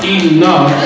enough